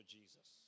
Jesus